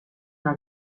una